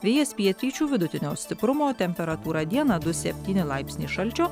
vėjas pietryčių vidutinio stiprumo temperatūra dieną du septyni laipsniai šalčio